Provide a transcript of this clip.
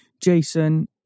Jason